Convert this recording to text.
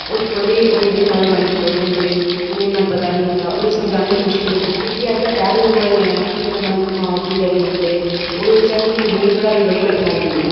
ओह् थोह्ड़े होंदे न नैरो माइंडड लोग होंदे न उ'नें गी पता नेईं होंदा उ'नें गी समझाना बी मुश्किल होंदा की के अजकल टाइम बी इ'यै जनेह् ऐ उब्भी डरी जंदे ओह्दे च कोह्की कुड़िये दी पढ़ाई च बड़ी कठनाई औंदी